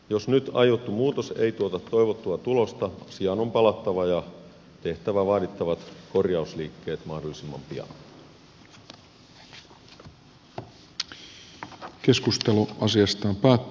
jos nyt aiottu muutos ei tuota toivottua tulosta asiaan on palattava ja tehtävä vaadittavat korjausliikkeet mahdollisimman pian